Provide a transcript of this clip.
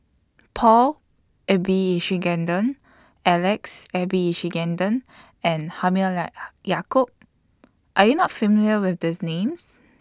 Paul Abisheganaden Alex Abisheganaden and Yacob Are YOU not familiar with These Names